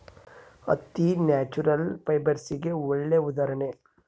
ಹತ್ತಿ ನ್ಯಾಚುರಲ್ ಫೈಬರ್ಸ್ಗೆಗೆ ಒಳ್ಳೆ ಉದಾಹರಣೆ